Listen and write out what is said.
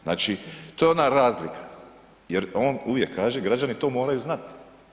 Znači to je ona razlika jer on uvijek kaže, građani to moraju znati.